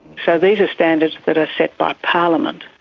so these are standards that are set by parliament,